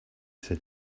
said